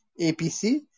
APC